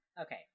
okay